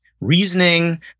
reasoning